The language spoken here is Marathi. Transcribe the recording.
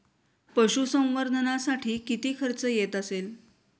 पशुसंवर्धनासाठी किती खर्च येत असेल?